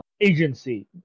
agency